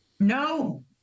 No